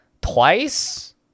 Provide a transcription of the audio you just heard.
twice